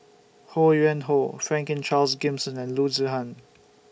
Ho Yuen Hoe Franklin Charles Gimson and Loo Zihan